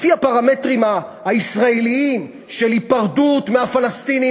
לפי הפרמטרים הישראליים של היפרדות מהפלסטינים